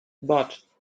but